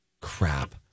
crap